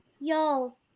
Y'all